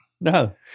No